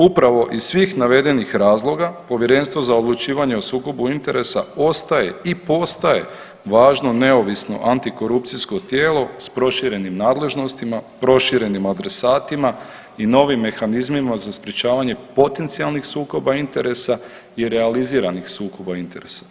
Upravo iz svih navedenih razloga Povjerenstvo za odlučivanje o sukobu interesa ostaje i postaje važno neovisno antikorupcijsko tijelo s proširenim nadležnostima, proširenim adresatima i novim mehanizmima za sprječavanje potencijalnih sukoba interesa i realiziranih sukoba interesa.